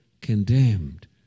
condemned